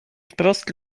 wprost